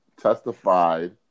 testified